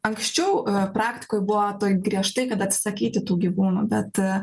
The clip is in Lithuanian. anksčiau praktikoj buvo griežtai kad atsisakyti tų gyvūnų bet